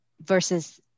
versus